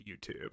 YouTube